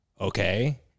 okay